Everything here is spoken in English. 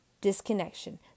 disconnection